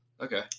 Okay